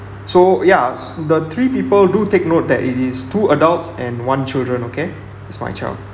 so yes the three people do take note that it is two adults and one children okay he's my child